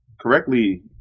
correctly